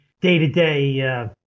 day-to-day